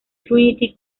trinity